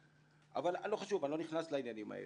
אבל לא חשוב, אני לא נכנס לזה.